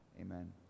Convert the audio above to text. Amen